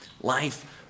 life